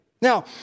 Now